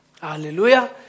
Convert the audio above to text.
hallelujah